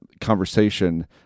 conversation